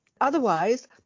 Otherwise